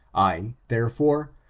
i, therefore,